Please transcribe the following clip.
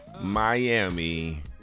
Miami